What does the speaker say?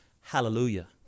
Hallelujah